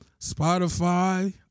Spotify